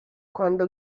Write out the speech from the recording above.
quando